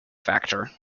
factor